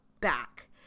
back